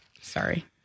Sorry